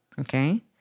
okay